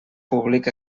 públic